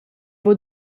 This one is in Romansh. buca